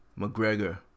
McGregor